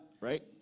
right